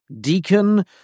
deacon